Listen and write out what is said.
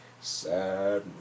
sad